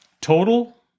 total